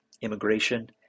immigration